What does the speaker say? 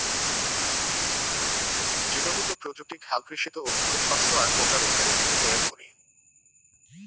জীনগত প্রযুক্তিক হালকৃষিত অধিকো শস্য আর পোকা রোধকারি বীচি তৈয়ারী করি